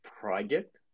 project